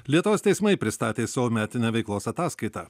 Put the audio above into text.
lietuvos teismai pristatė savo metinę veiklos ataskaitą